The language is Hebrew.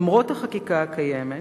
למרות החקיקה הקיימת,